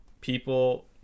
people